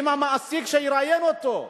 עם המעסיק שיראיין אותו,